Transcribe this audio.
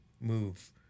move